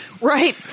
Right